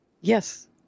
Yes